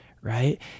right